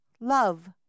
love